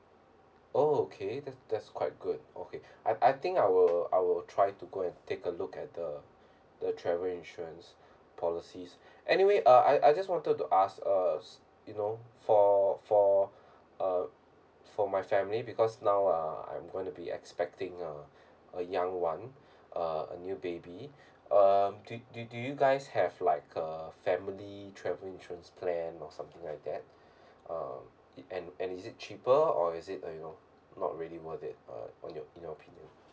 oh okay that's that's quite good okay I I think I will I will try to go and take a look at the the travel insurance policy anyway uh I I just wanted to ask uh you know for for uh for my family because now ah I'm gonna be expecting a a young one uh a new baby um do do you guys have like a family travel insurance plan or something like that um it and and is it cheaper or is it you know not really worth it uh on your in your opinion